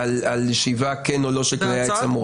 על ישיבה כן או לא של כללי העץ המורעל,